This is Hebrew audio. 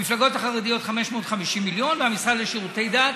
המפלגות החרדיות 550 מיליון והמשרד לשירותי דת,